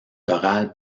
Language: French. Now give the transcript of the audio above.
chorale